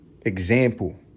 example